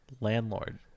Landlord